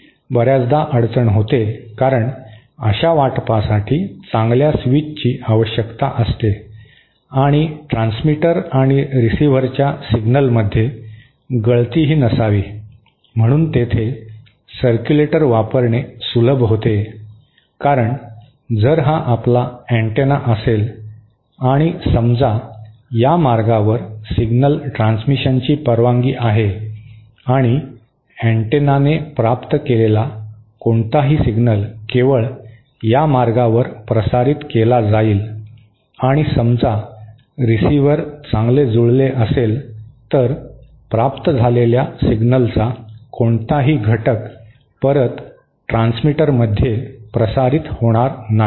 ही बऱ्याचदा अडचण होते कारण अशा वाटपासाठी चांगल्या स्विचची आवश्यकता असते आणि ट्रान्समीटर आणि रिसीव्हरच्या सिग्नलमध्ये गळतीही नसावी म्हणून तेथे सरक्युलेटर वापरणे सुलभ होते कारण जर हा आपला अँटेना असेल आणि समजा या मार्गावर सिग्नल ट्रान्समिशनची परवानगी आहे आणि अँटेनाने प्राप्त केलेला कोणताही सिग्नल केवळ या मार्गावर प्रसारित केला जाईल आणि समजा रिसीव्हर चांगले जुळले असेल तर प्राप्त झालेल्या सिग्नलचा कोणताही घटक परत ट्रान्समीटरमध्ये प्रसारित होणार नाही